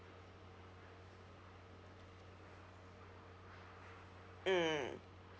mm